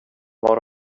var